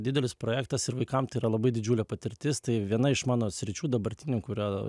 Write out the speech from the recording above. didelis projektas ir vaikams tai yra labai didžiulė patirtis tai viena iš mano sričių dabartinių kurio